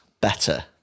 better